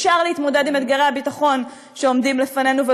אפשר להתמודד עם אתגרי הביטחון שעומדים לפנינו,